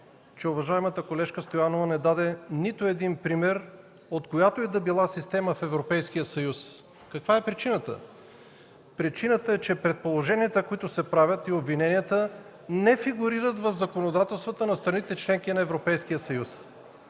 че уважаемата колежка Стоянова не даде нито един пример от която и да било система в Европейския съюз. Каква е причината? Причината е, че предположенията и обвиненията, които се правят, не фигурират в законодателствата на страните – членки на Европейския съюз.